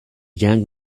young